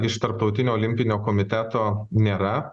iš tarptautinio olimpinio komiteto nėra